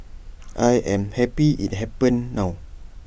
I am happy IT happened now